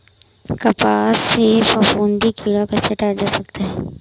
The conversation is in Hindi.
कपास से फफूंदी कीड़ा कैसे हटाया जा सकता है?